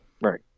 Right